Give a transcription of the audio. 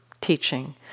teaching